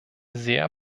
sehr